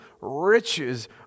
riches